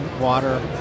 water